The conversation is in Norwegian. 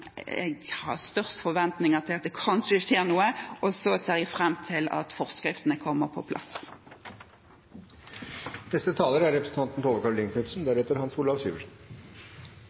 jeg har størst forventninger til at det kan skje noe, og jeg ser jeg fram til at forskriftene kommer på plass. Det er